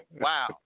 wow